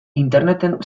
interneten